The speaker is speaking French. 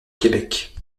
québec